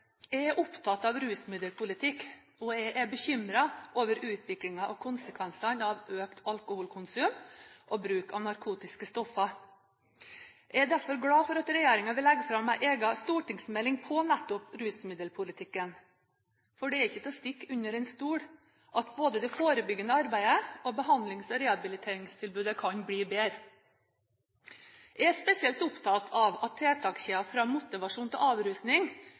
Jeg er opptatt av rusmiddelpolitikk og er bekymret over utviklingen og konsekvensene av økt alkoholkonsum og bruk av narkotiske stoffer. Jeg er derfor glad for at regjeringen vil legge fram en egen stortingsmelding om nettopp rusmiddelpolitikken. For det er ikke til å stikke under stol at både det forebyggende arbeidet og behandlings- og rehabiliteringstilbudet kan bli bedre. Jeg er spesielt opptatt av tiltakskjeden fra motivasjon til avrusning